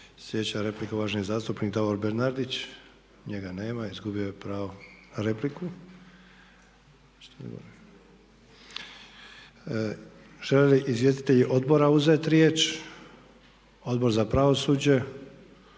Sljedeća replika uvaženi zastupnik Davor Bernardić. Njega nema. Izgubio je pravo na repliku. Žele li izvjestitelji Odbora uzeti riječ? Odbor za pravosuđe,